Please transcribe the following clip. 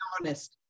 honest